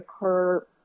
occur